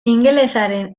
ingelesaren